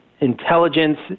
intelligence